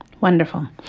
Wonderful